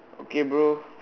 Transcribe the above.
okay bro